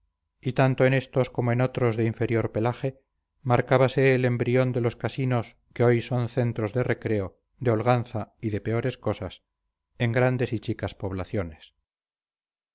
y tanto en estos como en otros de inferior pelaje marcábase el embrión de los casinos que hoy son centros de recreo de holganza y de peores cosas en grandes y chicas poblaciones